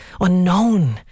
unknown